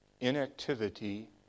inactivity